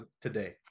today